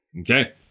okay